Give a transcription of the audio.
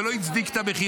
זה לא הצדיק את המכירה.